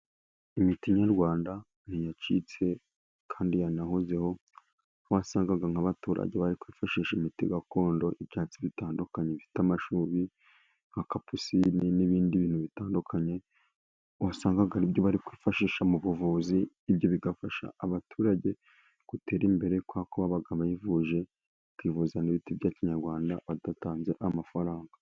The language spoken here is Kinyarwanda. Imiti nyarwanda ntiyacitse kandi yanahozeho. Wasangaga nk'abaturage bari kwifashisha imiti gakondo. Ibyatsi bitandukanye bifite amashubi, nka capusine n'ibindi bintu bitandukanye. Wasangaga aribyo bari kwifashisha mu buvuzi. Ibyo bigafasha abaturage gutera imbere, kubera ko babaga bivuje, bakivuza n'ibiti bya kinyarwanda badatanze amafaranga.